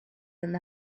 and